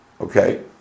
okay